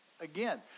again